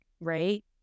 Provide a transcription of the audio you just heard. right